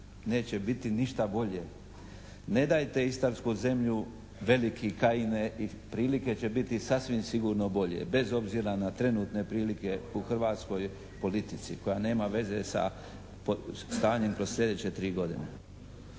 neće biti ništa bolje". Ne dajte istarsku zemlju, veliki Kajine, i prilike će biti sasvim sigurno bolje, bez obzira na trenutne prilike u hrvatskoj politici koja nema veze sa stanjem kroz sljedeće 3 godine.